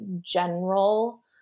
general